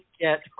get